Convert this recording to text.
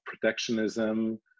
protectionism